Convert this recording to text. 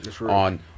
on